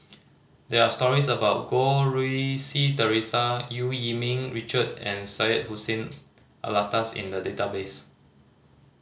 there're stories about Goh Rui Si Theresa Eu Yee Ming Richard and Syed Hussein Alatas in the database